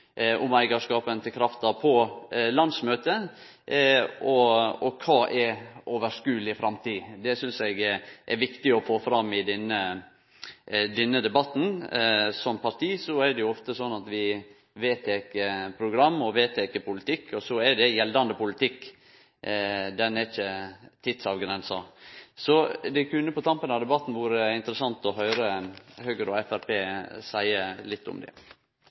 om eigarskapen til krafta på landsmøtet? Kva er «oversynleg framtid»? Det synest eg det er viktig å få fram i denne debatten. Som parti er det ofte slik at vi vedtek program og politikk, og så er det gjeldande politikk. Den er ikkje tidsavgrensa. Det kunne på tampen av debatten ha vore interessant å høyre Høgre og Framstegspartiet seie litt om det.